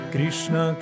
Krishna